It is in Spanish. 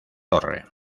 torre